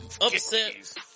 upset